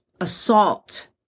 assault